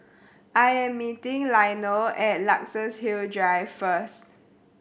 I am meeting Leonel at Luxus Hill Drive first